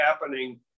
happening